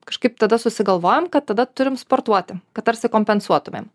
kažkaip tada susigalvojam kad tada turim sportuoti kad tarsi kompensuotumėm